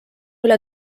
üle